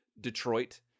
Detroit